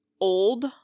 old